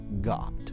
God